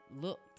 looked